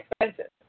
expensive